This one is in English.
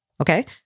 okay